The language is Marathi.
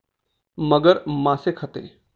मगर मासे खाते